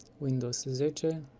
windows is but